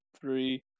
three